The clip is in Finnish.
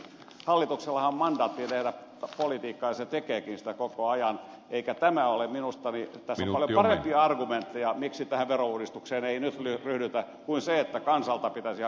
hallituksellahan on mandaatti tehdä politiikkaa ja se tekeekin sitä koko ajan ja tässä on minusta paljon parempia argumentteja miksi tähän verouudistukseen ei nyt ryhdytä kuin se että kansalta pitäisi hakea mandaatti